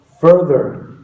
further